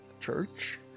church